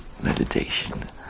meditation